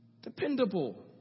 dependable